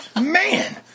Man